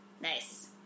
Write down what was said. Nice